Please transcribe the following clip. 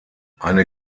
eine